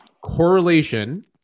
correlation